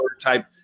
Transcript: type